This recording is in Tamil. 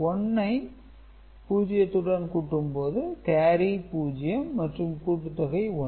1 ஐ 0 உடன் கூட்டும்போது கேரி 0 மற்றும் கூட்டுத்தொகை 1